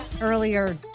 earlier